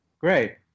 great